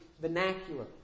vernacular